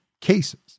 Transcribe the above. cases